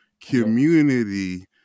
community